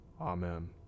Amen